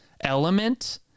element